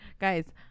Guys